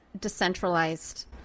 decentralized